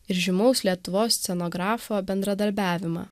ir žymaus lietuvos scenografo bendradarbiavimą